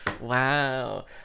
wow